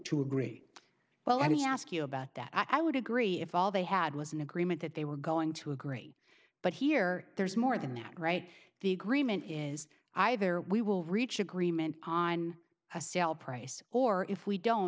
to agree well let me ask you about that i would agree if all they had was an agreement that they were going to agree but here there's more than that right the agreement is either we will reach agreement on a sale price or if we don't